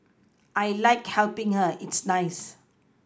I like helPing her it's nice